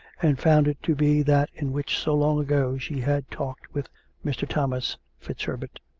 and found it to be that in which so long ago she had talked with mr. thomas fitzherbert.